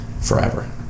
forever